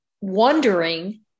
wondering